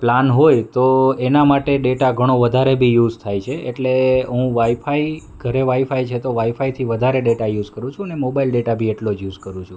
plan હોય તો એનાં માટે ડેટા ઘણો વધારે બી યુઝ થાય છે એટલે હું વાઈફાઈ ઘરે વાઈફાઈ છે તો હું વાઈફાઈથી વધારે ડેટા યુઝ કરું છું ને મોબાઈલ ડેટાબી એટલો જ યુઝ કરું છું